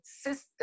system